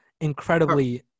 incredibly